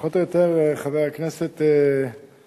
פחות או יותר, חבר הכנסת מיכאלי,